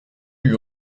lui